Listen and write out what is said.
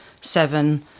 seven